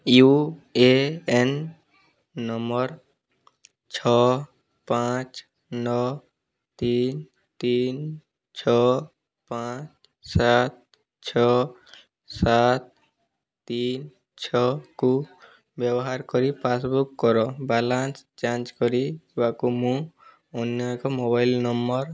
you A N number ଛଅ ପାଞ୍ଚ ନଅ ତିନି ତିନି ଛଅ ପାଞ୍ଚ ସାତ ଛଅ ସାତ ତିନି ଛଅକୁ ବ୍ୟବହାର କରି ପାସ୍ବୁକ୍ କର ବାଲାନ୍ସ୍ ଯାଞ୍ଚ୍ କରିବାକୁ ମୁଁ ଅନ୍ୟ ଏକ ମୋବାଇଲ୍ ନମ୍ବର୍